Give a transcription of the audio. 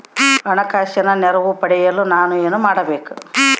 ಹಣಕಾಸಿನ ನೆರವು ಪಡೆಯಲು ನಾನು ಏನು ಮಾಡಬೇಕು?